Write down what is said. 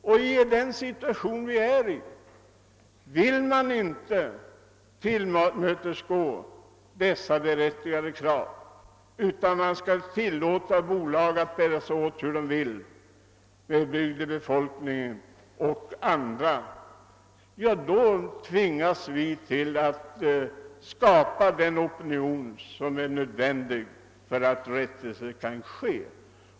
I dagens situation vill man inte tillmötesgå berättigade krav, utan man tilllåter bolag att bära sig åt hur de vill med bygdebefolkningen och andra, och därför tvingas vi till att skapa den opinion som är nödvändig för att rättvisa skall ske.